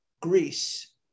Greece